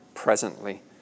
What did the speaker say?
Presently